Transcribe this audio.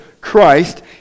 Christ